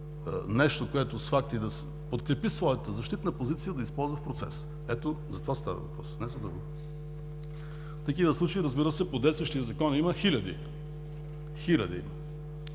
нещо, което с факти да подкрепи своята защитна позиция, да използва в процеса. Ето, за това става въпрос, не за друго! Такива случаи, разбира се, по действащия Закон има хиляди. Тогава,